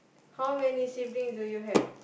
how many siblings do you have